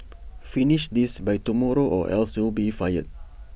finish this by tomorrow or else you'll be fired